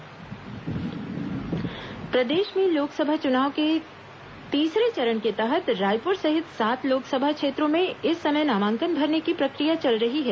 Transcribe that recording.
नामांकन दाखिल प्रदेश में लोकसभा चुनाव के तीसरे चरण के तहत रायपुर सहित सात लोकसभा क्षेत्रों में इस समय नामांकन भरने की प्रक्रिया चल रही है